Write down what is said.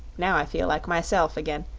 now i feel like myself again,